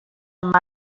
amb